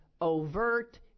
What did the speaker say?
overt